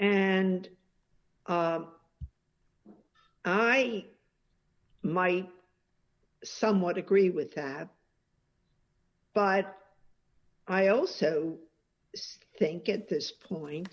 and i might somewhat agree with that but i also think at this point